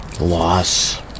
loss